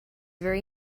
very